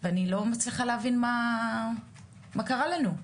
ואני לא מצליחה להבין מה קרה לנו.